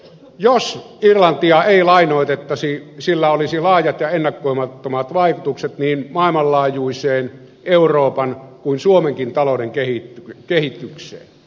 jos irlantia ei lainoitettaisi sillä olisi laajat ja ennakoimattomat vaikutukset niin maailmanlaajuiseen euroopan kuin suomenkin talouden kehitykseen